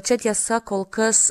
čia tiesa kol kas